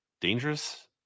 dangerous